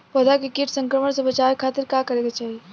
पौधा के कीट संक्रमण से बचावे खातिर का करे के चाहीं?